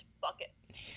buckets